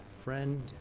friend